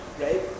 right